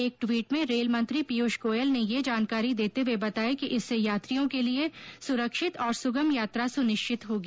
एक ट्वीट में रेल मंत्री पीयूष गोयल ने ये जानकारी देते हुये बताया कि इससे यात्रियों के लिए सुरक्षित और सुगम यात्रा सुनिश्चित होगी